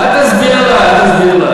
אל תסביר לה,